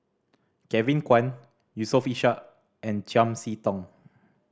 Kevin Kwan Yusof Ishak and Chiam See Tong